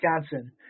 wisconsin